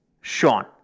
Sean